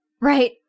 Right